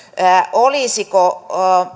olisiko